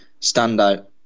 standout